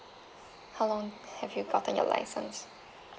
how long have you gotten your license